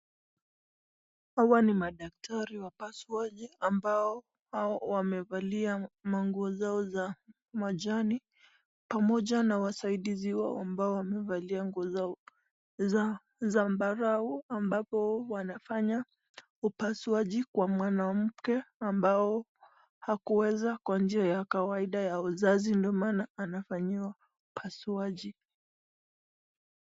Hawa ni madaktri wapasuaji ambao hao wamevalia manguo zao za majani, pamoja na wasaidizi wao ambao wamevalia nguo zao za zambarau ambapo wanafanya upasuaji kwa mwanamke ambao hakuweza kwa njia ya kawaida ya uzazi, ndio maana anafanyiwa upasuaji.